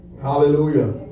Hallelujah